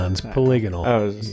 Polygonal